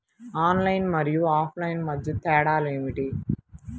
Online మరియు offline మధ్య తేడా ఏమిటీ?